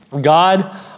God